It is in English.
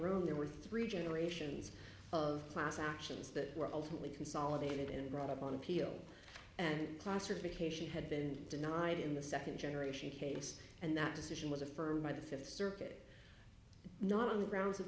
room there were three generations of class actions that were ultimately consolidated and brought up on appeal and classification had been denied in the second generation case and that decision was affirmed by the fifth circuit not on the grounds of